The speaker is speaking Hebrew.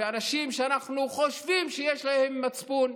ואנשים שאנחנו חושבים שיש להם מצפון,